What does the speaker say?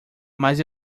mas